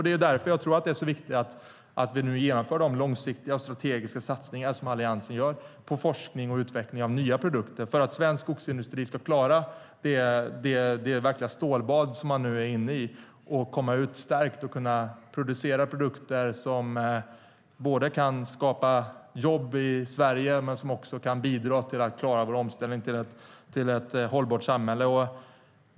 Det är därför jag tror att det är så viktigt att vi nu genomför de långsiktiga och strategiska satsningar som Alliansen gör på forskning och utveckling av nya produkter för att svensk skogsindustri ska klara det verkliga stålbad som man nu är inne i och komma ut stärkt och kunna producera produkter som både kan skapa jobb i Sverige och bidra till att klara vår omställning till ett hållbart samhälle.